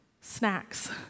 snacks